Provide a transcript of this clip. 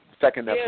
second